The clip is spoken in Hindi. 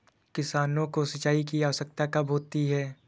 किसानों को सिंचाई की आवश्यकता कब होती है?